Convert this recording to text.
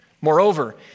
Moreover